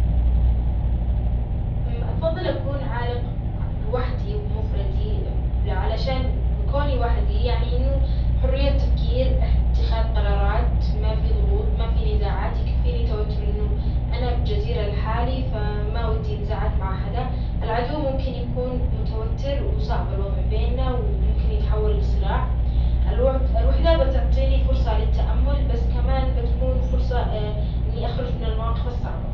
أفضل، أكون عالق لوحدي بمفردي علىشان بكوني وحدي، يعني إنه حرية تفكير، اتخاذ قرارات، ما في ضغوط، ما في نزاعات، يكفيني توتر إنه أنا بجزيرة لحالي، ف ما ودي نزعت مع حدا، العدو ممكن يكون متوتر وصعب الوضع بينا، وممكن يتحول لصراع، الو- الوحدة بتعطيني فرصة للتأمل، بس كمان بتكون فرصة آ إني أخرج من المواقف الصعبة.